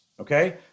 okay